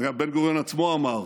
אגב, בן-גוריון עצמו אמר